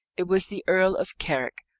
it was the earl of carrick,